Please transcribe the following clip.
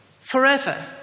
forever